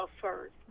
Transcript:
first